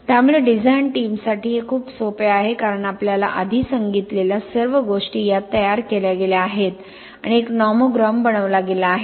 त्यामुळे डिझाईन टीमसाठी हे खूप सोपे आहे कारण आपल्याला आधी सांगितलेल्या सर्व गोष्टी यात तयार केल्या गेल्या आहेत आणि एक नॉमोग्राम बनवला गेला आहे